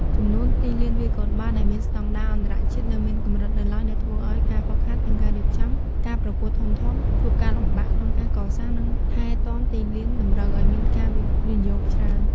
ចំនួនទីលានវាយកូនបាល់ដែលមានស្តង់ដារអន្តរជាតិនៅមានកម្រិតនៅឡើយ ដែលធ្វើឱ្យការហ្វឹកហាត់និងការរៀបចំការប្រកួតធំៗជួបការលំបាកក្នុងការកសាង និងថែទាំទីលានតម្រូវឱ្យមានការវិនិយោគច្រើន។